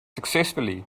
successfully